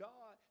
God